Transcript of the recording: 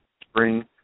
Spring